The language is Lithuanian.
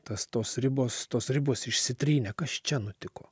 tas tos ribos tos ribos išsitrynė kas čia nutiko